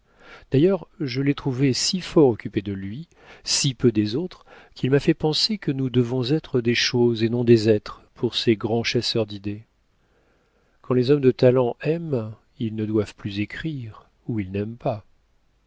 d'ailleurs je l'ai trouvé si fort occupé de lui si peu des autres qu'il m'a fait penser que nous devons être des choses et non des êtres pour ces grands chasseurs d'idées quand les hommes de talent aiment ils ne doivent plus écrire ou ils n'aiment pas